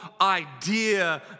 idea